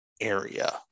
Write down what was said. area